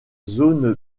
zone